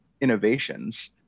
innovations